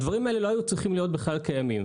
הדברים האלה לא היו צריכים להיות בכלל קיימים.